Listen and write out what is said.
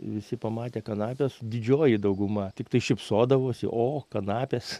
visi pamatę kanapes didžioji dauguma tiktai šypsodavosi o kanapės